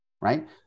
right